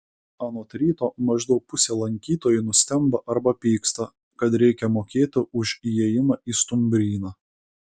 anot ryto maždaug pusė lankytojų nustemba arba pyksta kad reikia mokėti už įėjimą į stumbryną